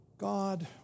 God